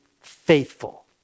faithful